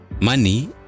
money